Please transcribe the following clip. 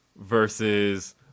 Versus